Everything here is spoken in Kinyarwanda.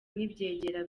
n’ibyegera